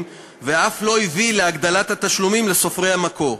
ואף לא הביא להגדלת התשלומים לסופרי המקור.